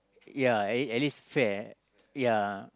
ya at at least fair ya